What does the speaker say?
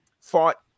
fought